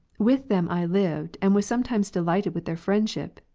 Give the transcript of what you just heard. with them i lived, and was sometimes delighted with their friendship,